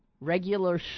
Regular